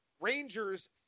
Rangers